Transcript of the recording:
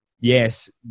yes